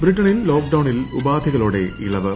ബ്രിട്ടണിൽ ലോക്ഡൌണിൽ ഉപാധികളോടെ ഇളവ്